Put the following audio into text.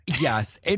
Yes